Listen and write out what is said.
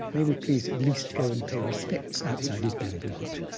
may we please at least go and pay respects outside his bamboo hut?